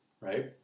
right